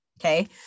Okay